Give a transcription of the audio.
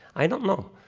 i don't know.